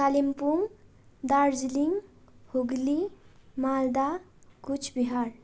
Kalimpong Darjeeling Hooghly Malda Cooch Behar